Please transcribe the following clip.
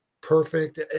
perfect